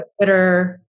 Twitter